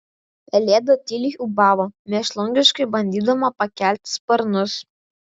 pelėda tyliai ūbavo mėšlungiškai bandydama pakelti sparnus